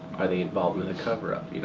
are they involved with a coverup?